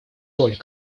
роль